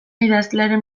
idazlearen